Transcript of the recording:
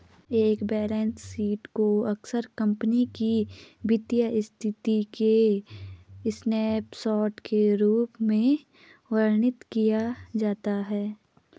एक balance sheet को अक्सर कंपनी की वित्तीय स्थिति के स्नैपशॉट के रूप में वर्णित किया जाता है